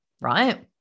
right